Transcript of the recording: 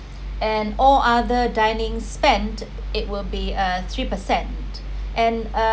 and all other dining spend it will be a three percent and uh